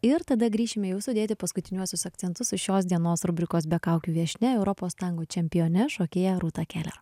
ir tada grįšime jau sudėti paskutiniuosius akcentus su šios dienos rubrikos be kaukių viešnia europos tango čempione šokėja rūta keler